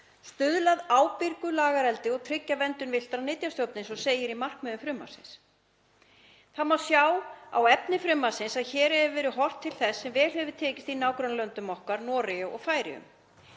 stuðla að ábyrgu lagareldi og tryggja verndun villtra nytjastofna, eins og segir í markmiðum frumvarpsins. Það má sjá á efni frumvarpsins að hér hefur verið horft til þess sem vel hefur tekist í nágrannalöndum okkar, Noregi og Færeyjum,